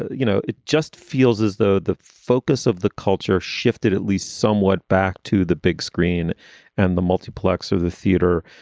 you know, it just feels as though the focus of the culture shifted at least somewhat back to the big screen and the multiplex or the theater.